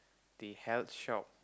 the health shop